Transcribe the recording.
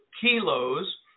kilos